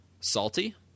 Salty